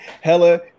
hella